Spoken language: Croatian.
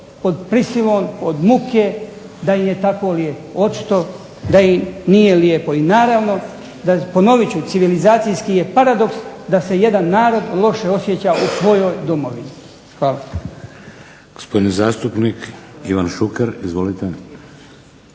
pod prisilom, od muke da im je tako lijepo. Očito da im nije lijepo. I naravno, ponovit ću, civilizacijski je paradoks da se jedan narod loše osjeća u svojoj domovini. Hvala.